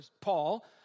Paul